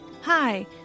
Hi